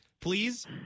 Please